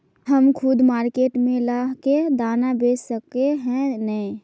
हम खुद मार्केट में ला के दाना बेच सके है नय?